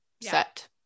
set